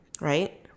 right